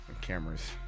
Cameras